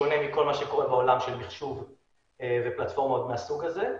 זה שונה מכל מה שקורה בעולם במחשוב ופלטפורמות מהסוג הזה.